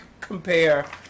compare